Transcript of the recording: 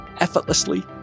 effortlessly